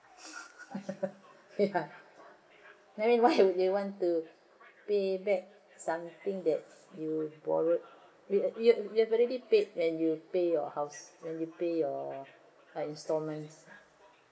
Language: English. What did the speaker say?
ya then why you want to pay back something that you borrow weird you you have already paid when you pay house uh when you pay your installments